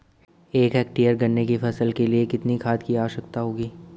एक हेक्टेयर गन्ने की फसल के लिए कितनी खाद की आवश्यकता होगी?